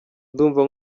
ndumva